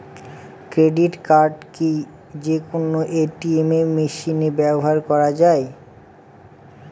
Credit card কি যে কোনো এ.টি.এম মেশিনে ব্যবহার করা য়ায়?